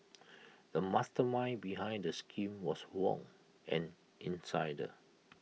the mastermind behind the scheme was Wong an insider